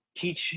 teach